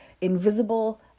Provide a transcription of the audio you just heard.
Invisible